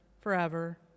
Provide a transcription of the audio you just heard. forever